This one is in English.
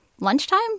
lunchtime